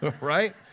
Right